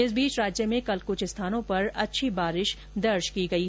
इस बीच राज्य में कल कुछ स्थानों पर अच्छी बारिश दर्ज की गयी